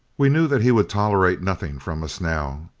we knew that he would tolerate nothing from us now.